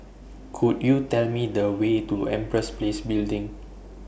Could YOU Tell Me The Way to Empress Place Building